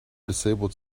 disabled